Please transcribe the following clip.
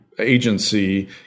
agency